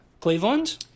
Cleveland